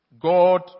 God